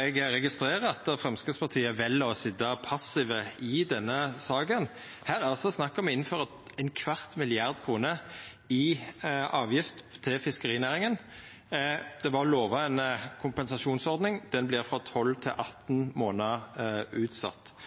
Eg registrerer at Framstegspartiet vel å sitja passiv i denne saka. Her er det snakk om å innføra ein kvart milliard kroner i avgift til fiskerinæringa. Det var lova ei kompensasjonsordning. Den vert utsett frå 12 til 18